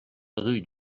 rue